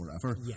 Forever